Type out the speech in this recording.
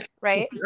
right